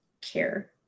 care